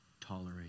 tolerate